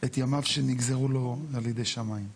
את ימיו שנגזרו לו על ידי שמיים.